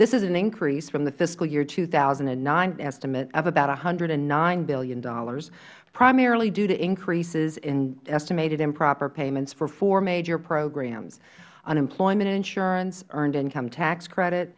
this is an increase from the fiscal year two thousand and nine estimate of about one hundred and nine dollars billion primarily due to increases in estimated improper payments for four major programs unemployment insurance earned income tax credit